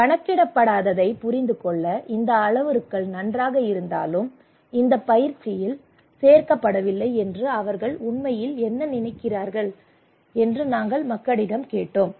கணக்கிடப்படாததைப் புரிந்து கொள்ள இந்த அளவுருக்கள் நன்றாக இருந்தாலும் இந்த பயிற்சியில் சேர்க்கப்படவில்லை என்று அவர்கள் உண்மையில் என்ன நினைத்தார்கள் என்று நாங்கள் மக்களிடம் கேட்டோம்